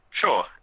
Sure